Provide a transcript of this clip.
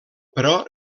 però